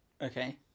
okay